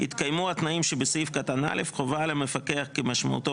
"יתקיימו התנאים שבסעיף קטן (א) חובה על המפקח כמשמעותו